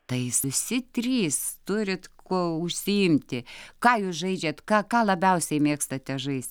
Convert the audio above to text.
tais jūs visi trys turit kuo užsiimti ką jūs žaidžiat ką ką labiausiai mėgstate žais